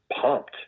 pumped